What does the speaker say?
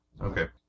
okay